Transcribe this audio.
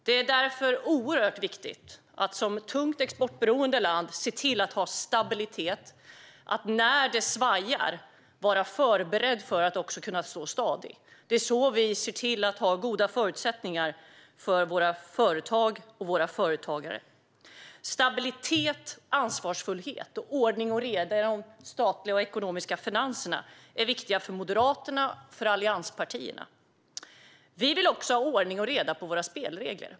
Det är därför oerhört viktigt att Sverige, ett tungt exportberoende land, är stabilt och att det när det svajar är förberett för att stå stadigt. Det är så vi ser till att det finns goda förutsättningar för våra företag och företagare. Stabilitet, ansvarstagande samt ordning och reda i de statliga finanserna är viktiga för Moderaterna och allianspartierna. Vi vill också ha ordning på spelreglerna.